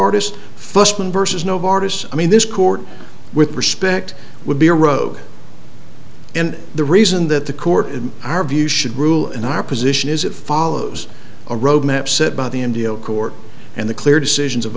one versus no of artists i mean this court with respect would be a road and the reason that the court in our view should rule in our position is it follows a roadmap set by the n d o court and the clear decisions of